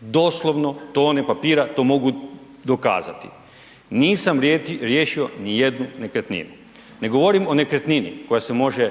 doslovno tone papira, tom mogu dokazati. Nisam riješio ni jednu nekretninu. Ne govorim o nekretnini koja se može